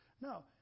No